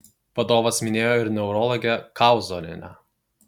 vadovas minėjo ir neurologę kauzonienę